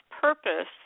purpose